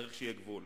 צריך שיהיה גבול.